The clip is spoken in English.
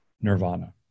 nirvana